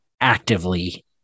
actively